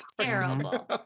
Terrible